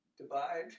divide